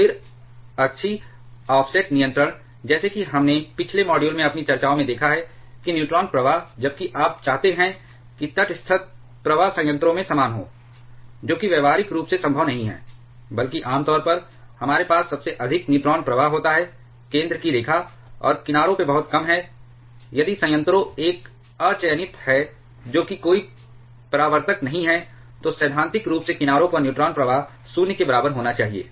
फिर अक्षीय ऑफसेट नियंत्रण जैसा कि हमने पिछले मॉड्यूल में अपनी चर्चाओं में देखा है कि न्यूट्रॉन प्रवाह जबकि आप चाहते हैं कि तटस्थ प्रवाह संयंत्रों में समान हो जोकि व्यावहारिक रूप से संभव नहीं है बल्कि आम तौर पर हमारे पास सबसे अधिक न्यूट्रॉन प्रवाह होता है केंद्र की रेखा और किनारों पर बहुत कम है यदि संयंत्रों एक अचयनित है जो कि कोई परावर्तक नहीं है तो सैद्धांतिक रूप से किनारों पर न्यूट्रॉन प्रवाह 0 के बराबर होना चाहिए